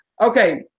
okay